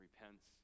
repents